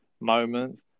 moments